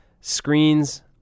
screens